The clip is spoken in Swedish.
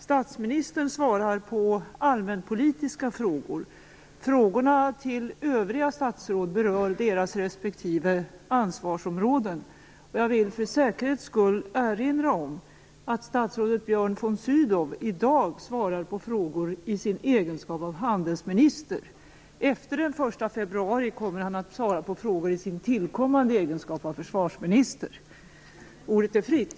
Statsministern svarar på allmänpolitiska frågor, och övriga statsråd svarar på frågor som berör deras respektive ansvarsområden. Jag vill för säkerhets skull erinra om att statsrådet Björn von Sydow i dag svarar på frågor i sin egenskap av handelsminister. Efter den 1 februari kommer han att svara på frågor i sin tillkommande egenskap av försvarsminister. Ordet är fritt.